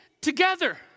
together